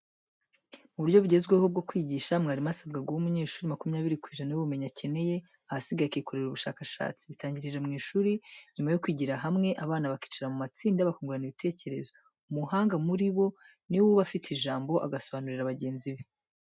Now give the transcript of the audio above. Mu buryo bugezweho bwo kwigisha, mwarimu asabwa guha umunyeshuri makumyabiri ku ijana by'ubumenyi akeneye, ahasigaye akikorera ubushakashatsi. Bitangirira mu ishuri, nyuma yo kwigira hamwe, abana bicara mu matsinda bakungurana ibitekerezo, umuhanga muri bo ni we uba afite ijambo, agasobanurira bagenzi be.